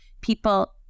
people